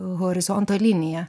horizonto linija